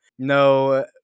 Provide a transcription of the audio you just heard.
No